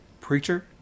Preacher